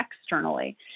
externally